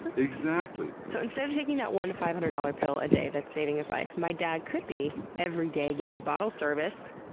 exactly! so, instead of taking that one five hundred dollars pill a day that's saving his life my dad could be, every day, getting bottle service,